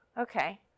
okay